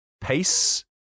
pace